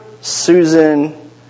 Susan